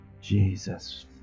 Jesus